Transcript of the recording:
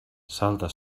salta